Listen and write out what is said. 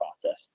process